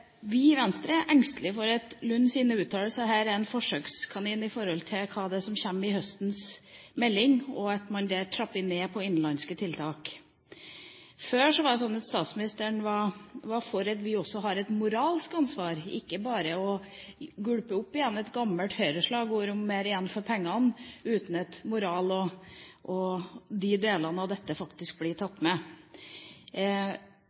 Vi i Venstre er engstelige for at Lunds uttalelse er en «forsøkskanin» når det gjelder det som kommer i høstens melding, og at man der trapper ned på innenlandske tiltak. Før var det sånn at statsministeren var for at vi også har et moralsk ansvar og ikke bare gulpet opp igjen et gammelt Høyre-slagord om mer igjen for pengene, uten at moral og de delene av dette faktisk blir